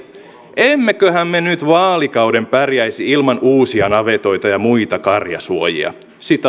emmeköhän me nyt vaalikauden pärjäisi ilman uusia navetoita ja muita karjasuojia